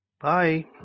Bye